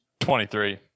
23